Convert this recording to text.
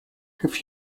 have